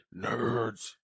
Nerds